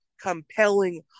compelling